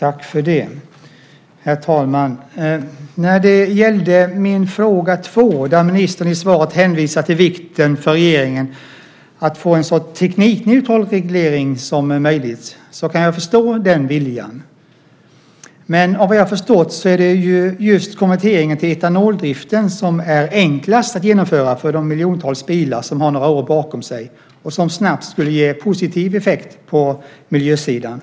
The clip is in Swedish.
Herr talman! När det gällde min fråga nummer två där ministern i svaret hänvisar till vikten för regeringen att få en så teknikneutral reglering som möjligt så kan jag förstå den viljan. Men av vad jag har förstått är det just konverteringen till etanoldriften som är enklast att genomföra för de miljontals bilar som har några år bakom sig och som snabbt skulle ge positiv effekt på miljösidan.